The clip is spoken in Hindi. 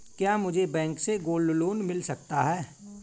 क्या मुझे बैंक से गोल्ड लोंन मिल सकता है?